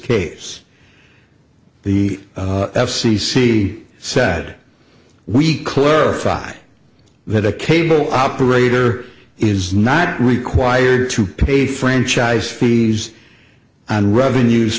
case the f c c sad we clarify that a cable operator is not required to pay franchise fees and revenues